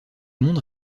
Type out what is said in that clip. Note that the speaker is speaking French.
monde